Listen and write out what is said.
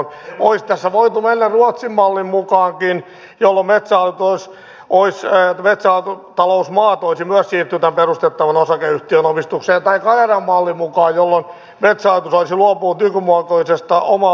olisi tässä voitu mennä ruotsin mallin mukaankin jolloin metsähallituksen metsätalousmaat olisi myös siirretty tämän perustettavan osakeyhtiön omistukseen tai kanadan mallin mukaan jolloin metsähallitus olisi luopunut nykymuotoisesta omaan lukuun harjoitetusta metsätaloudesta